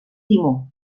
timó